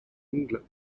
england